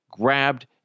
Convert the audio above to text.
grabbed